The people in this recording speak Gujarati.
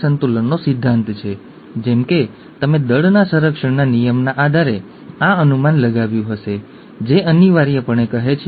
અચોન્ડ્રોપ્લાસિયા જે એક પ્રકારનો વામનવાદ છે ઠીક છે